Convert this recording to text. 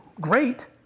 great